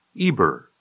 Eber